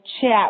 chat